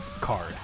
card